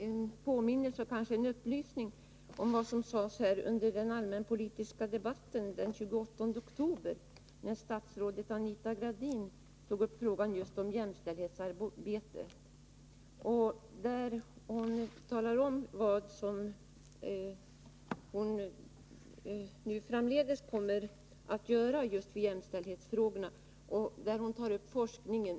Fru talman! Jag skulle bara såsom en påminnelse vilja upplysa om vad statsrådet Anita Gradin anförde här under den allmänpolitiska debatten den 28 oktober beträffande jämställdhetsarbetet. Hon talade om vad hon framdeles skulle komma att göra just för jämställdhetsfrågorna och berörde även forskningen.